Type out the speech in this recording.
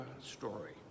story